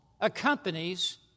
accompanies